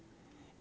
!uh huh!